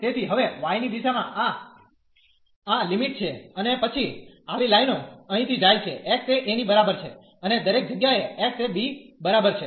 તેથી હવે y ની દિશામાં આ લિમિટ છે અને પછી આવી લાઇનો અહીંથી જાય છે x એ a ની બરાબર છે અને દરેક જગ્યાએ x એ b બરાબર છે